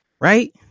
right